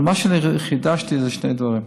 אבל מה שאני חידשתי זה שני דברים: